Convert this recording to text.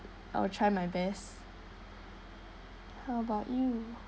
I'll try my best how about you